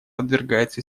подвергается